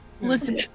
Listen